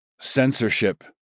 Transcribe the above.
censorship